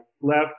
left